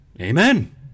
amen